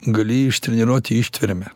gali ištreniruot ištvermę